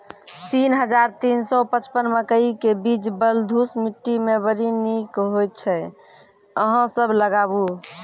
तीन हज़ार तीन सौ पचपन मकई के बीज बलधुस मिट्टी मे बड़ी निक होई छै अहाँ सब लगाबु?